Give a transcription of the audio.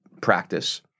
practice